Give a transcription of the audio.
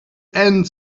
end